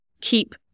keep